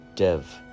Dev